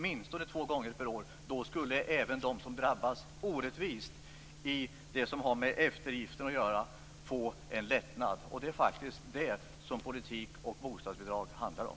Då skulle även de som drabbas orättvist i fråga om eftergifterna få en lättnad. Det är det som politik och bostadsbidrag handlar om.